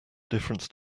difference